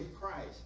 Christ